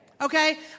Okay